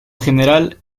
general